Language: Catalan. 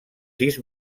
sis